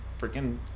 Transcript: freaking